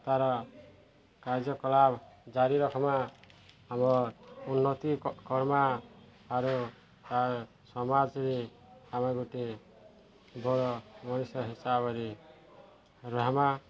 ତାର କାର୍ଯ୍ୟକଳାପ ଜାରି ରଖ୍ମା ଆମ ଉନ୍ନତି କର୍ମା ଆର ତା ସମାଜରେ ଆମେ ଗୋଟେ ବଡ଼ ମଣିଷ ହିସାବରେ ରହମା